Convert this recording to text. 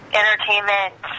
entertainment